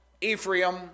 Ephraim